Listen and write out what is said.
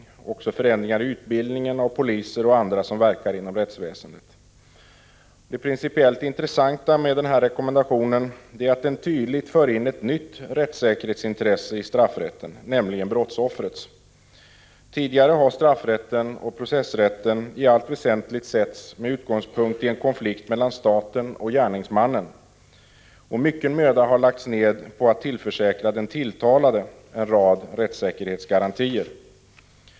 Det kommer också att kräva förändringar i utbildningen av poliser och andra som verkar inom rättsväsendet. Det principiellt intressanta med den här rekommendationen är att den tydligt för in ett nytt rättssäkerhetsintresse i straffrätten, nämligen brottsoffrets. Tidigare har straffrätten och processrätten i allt väsentligt setts med utgångspunkt i en konflikt mellan staten och gärningsmannen, och mycken möda har lagts ned på att tillförsäkra den tilltalade en rad rättssäkerhetsgarantier.